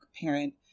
parent